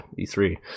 E3